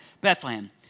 Bethlehem